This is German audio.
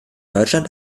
deutschland